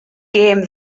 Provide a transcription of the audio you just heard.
gêm